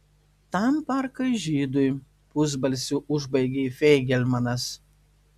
tam parkai žydui pusbalsiu užbaigė feigelmanas